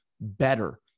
better